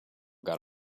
got